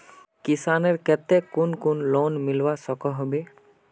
किसानेर केते कुन कुन लोन मिलवा सकोहो होबे?